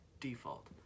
default